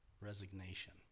Resignation